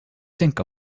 think